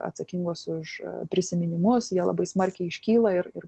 atsakingos už prisiminimus jie labai smarkiai iškyla ir ir